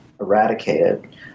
eradicated